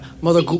Mother